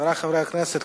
חברי חברי הכנסת,